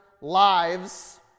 lives